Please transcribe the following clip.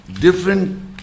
different